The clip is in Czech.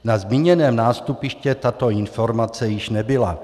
Na zmíněném nástupišti tato informace již nebyla.